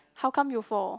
how come you fall